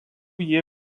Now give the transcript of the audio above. jie